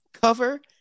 Cover